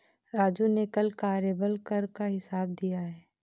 राजू ने कल कार्यबल कर का हिसाब दिया है